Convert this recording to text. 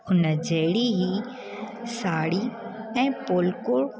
हुन जहिड़ी ई साड़ी ऐं पोलकोर